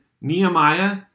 Nehemiah